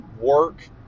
work